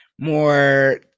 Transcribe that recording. more